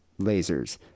lasers